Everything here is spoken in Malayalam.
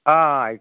ആ